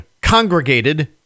congregated